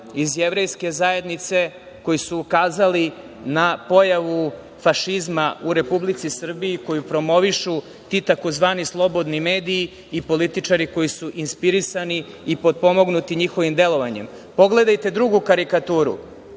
iz Jevrejske zajednice koji su ukazali na pojavu fašizma u Republici Srbiji koju promovišu ti tzv. slobodni mediji i političari koji su inspirisani i potpomognuti njihovim delovanjem. Pogledajte drugu karikaturu.